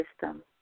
system